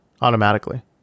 automatically